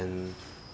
and